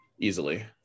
easily